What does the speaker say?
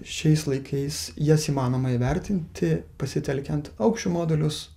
šiais laikais jas įmanoma įvertinti pasitelkiant aukščių modelius